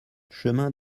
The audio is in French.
chemin